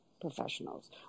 professionals